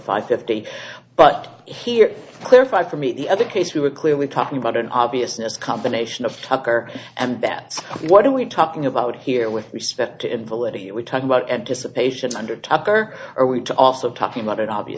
five fifty but here clarify for me the other case we were clearly talking about an obviousness combination of tucker and that what are we talking about here with respect to invalid here we talk about anticipation under tupper are we to also talking about it